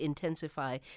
intensify